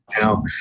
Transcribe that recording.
now